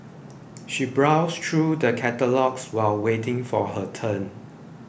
she browsed through the catalogues while waiting for her turn